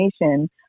information